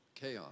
Chaos